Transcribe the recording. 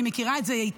אני מכירה את זה היטב,